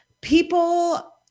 People